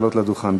לעלות לדוכן.